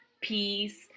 peace